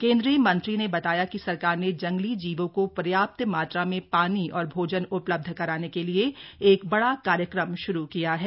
केंद्रीय मंत्री ने बताया कि सरकार ने जंगली जीवों को पर्याप्त मात्रा में पानी और भोजन उपलब्ध कराने के लिए एक बडा कार्यक्रम श्रू किया है